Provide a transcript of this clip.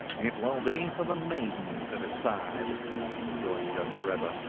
it will be for the maiden to decide, rejoined young drebber,